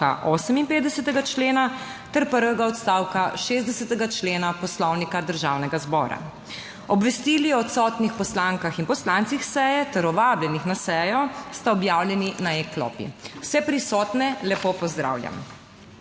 58. člena ter prvega odstavka 60. člena Poslovnika Državnega zbora. Obvestili o odsotnih poslankah in poslancih s seje ter o vabljenih na sejo sta objavljeni na e-klopi. Vse prisotne lepo pozdravljam!